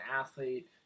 athlete